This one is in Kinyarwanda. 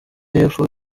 yepfo